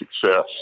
success